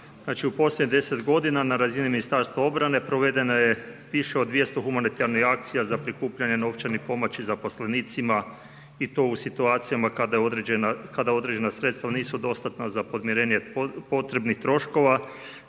u posljednjih 10 godina na razini Ministarstva obrane provedena je više od 200 humanitarnih akcija za prikupljanje novčane pomoći zaposlenicima i to u situacijama kada određena sredstva nisu dostatna za podmirenje potrebnih troškova